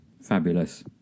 fabulous